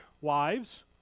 wives